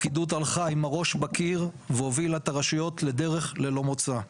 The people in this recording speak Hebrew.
הפקידות הלכה עם הראש בקיר והובילה את הרשויות לדרך ללא מוצא.